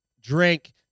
drink